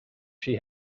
she